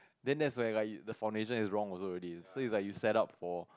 then that's like the foundation is wrong also already so it's like you set up for